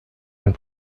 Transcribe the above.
and